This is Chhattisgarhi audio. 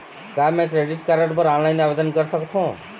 का मैं क्रेडिट कारड बर ऑनलाइन आवेदन कर सकथों?